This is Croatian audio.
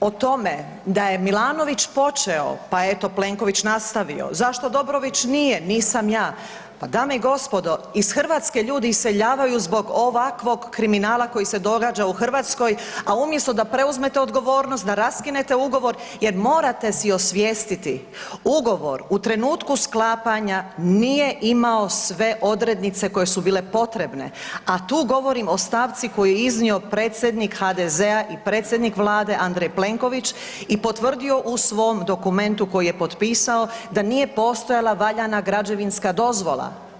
o tome da je Milanović počeo, pa eto Plenković nastavio, zašto Dobrović nije, nisam ja, pa dame i gospodo, iz Hrvatske ljudi iseljavaju zbog ovakvog kriminala koji se događa u Hrvatskoj, a umjesto da preuzmete odgovornost, da raskinete ugovor jer morate si osvijestiti, ugovor u trenutku sklapanja nije imao sve odrednice koje su bile potrebne, a tu govorim o stavci koju je iznio predsjednik HDZ-a i predsjednik Vlade Andrej Plenković i potvrdio u svom dokumentu koji je potpisao, da nije postojala valjana građevinska dozvola.